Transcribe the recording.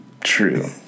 true